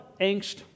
angst